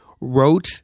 wrote